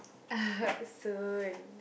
soon